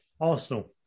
Arsenal